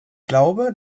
glaube